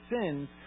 sins